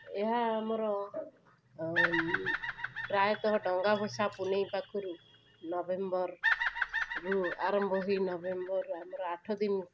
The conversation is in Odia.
ଏହା ଆମର ଅଁ ପ୍ରାୟତଃ ଡଙ୍ଗାଭସା ପୁନେଇଁ ପାଖରୁ ନଭେମ୍ବରରୁ ଆରମ୍ଭ ହୋଇ ନଭେମ୍ବର ଆମର ଆଠଦିନ